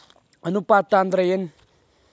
ಅನುಪಾತ ಅಂದ್ರ ಏನ್?